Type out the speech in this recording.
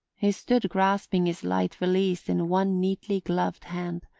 he stood grasping his light valise in one neatly gloved hand,